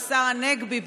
השר הנגבי,